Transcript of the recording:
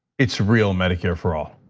it's real medicare for all.